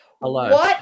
hello